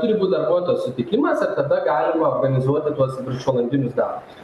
turi būt darbuotojo sutikimas ir tada galima organizuoti tuos viršvalandinius darbus